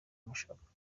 mushaka